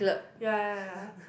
ya ya ya